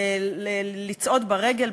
לצעוד ברגל,